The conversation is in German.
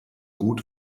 gut